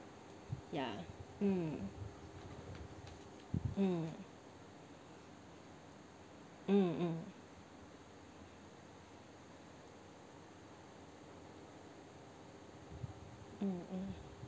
ya mm mm mm mm mm mm